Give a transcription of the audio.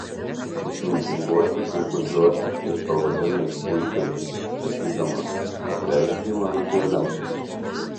išmintinguosius ir gudriuosius jis pavadina išpuikėlius sakydamas o apreiškei mažutėliams